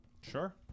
Sure